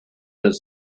los